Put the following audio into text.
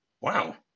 Wow